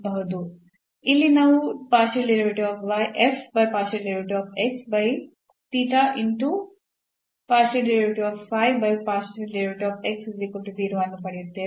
ಇಲ್ಲಿ ನಾವು ಅನ್ನು ಪಡೆಯುತ್ತೇವೆ